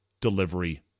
delivery